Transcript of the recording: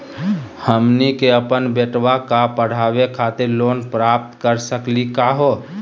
हमनी के अपन बेटवा क पढावे खातिर लोन प्राप्त कर सकली का हो?